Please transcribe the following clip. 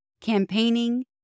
campaigning